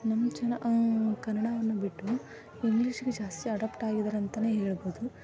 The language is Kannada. ನಮ್ಮ ಜನ ಕನ್ನಡವನ್ನು ಬಿಟ್ಟು ಇಂಗ್ಲೀಷ್ಗೆ ಜಾಸ್ತಿ ಅಡಪ್ಟ್ ಆಗಿದ್ದಾರೆ ಅಂತಲೇ ಹೇಳ್ಬೋದು